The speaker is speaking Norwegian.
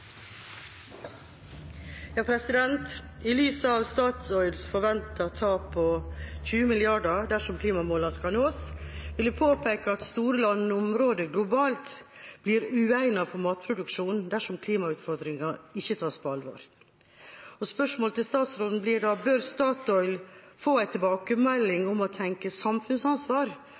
I lys av Statoils forventede tap på 20 mrd. kr dersom klimamålene skal nås, vil jeg påpeke at store landområder globalt blir uegnet for matproduksjon dersom klimautfordringa ikke tas på alvor. Spørsmålet til statsråden blir da: Bør Statoil få en tilbakemelding om å tenke samfunnsansvar